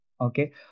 Okay